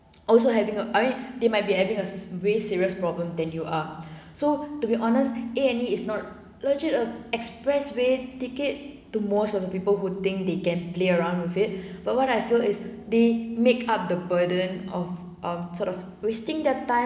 also having a I mean they might be having a ways serious problem than you are so to be honest a and e is not legit a expressway ticket to most of the people who think they can play around with it but what I feel is they make up the burden of um sort of wasting their time